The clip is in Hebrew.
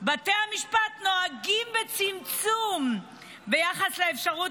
בתי המשפט נוהגים בצמצום ביחס לאפשרות